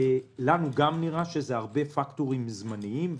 לנו גם נראה שזה הרבה פקטורים זמניים,